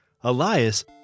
Elias